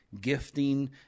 gifting